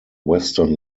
western